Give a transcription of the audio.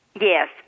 Yes